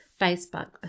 Facebook